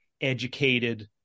educated